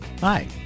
Hi